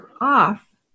off